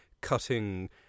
cutting